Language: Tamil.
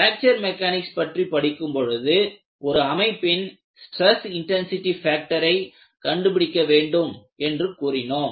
பிராக்சர் மெக்கானிக்ஸ் பற்றி படிக்கும் பொழுது ஒரு அமைப்பின் ஸ்டிரஸ் இன்டன்சிடி ஃபேக்டரை கண்டுபிடிக்க வேண்டும் என்று கூறினோம்